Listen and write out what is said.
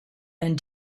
and